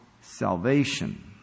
salvation